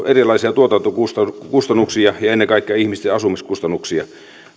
erilaisia tuotantokustannuksia ja ennen kaikkea ihmisten asumiskustannuksia